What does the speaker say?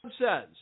says